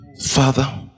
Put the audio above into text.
Father